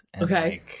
Okay